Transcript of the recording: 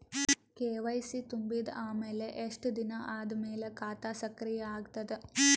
KYC ತುಂಬಿದ ಅಮೆಲ ಎಷ್ಟ ದಿನ ಆದ ಮೇಲ ಖಾತಾ ಸಕ್ರಿಯ ಅಗತದ?